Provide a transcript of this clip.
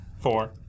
Four